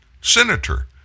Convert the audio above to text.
Senator